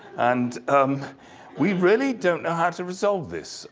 and um we really don't know how to resolve this.